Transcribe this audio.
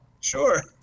Sure